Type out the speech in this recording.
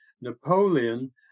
Napoleon